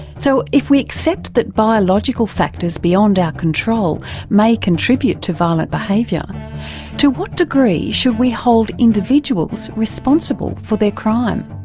so if we accept that biological factors beyond our control may contribute to violent behaviour to what degree should we hold individuals responsible for their crime?